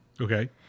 okay